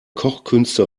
kochkünste